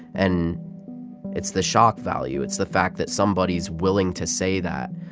and it's the shock value. it's the fact that somebody is willing to say that.